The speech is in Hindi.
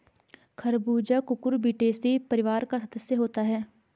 खरबूजा कुकुरबिटेसी परिवार का सदस्य होता है